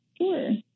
Sure